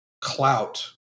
clout